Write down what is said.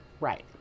Right